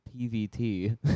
PVT